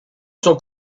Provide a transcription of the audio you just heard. sont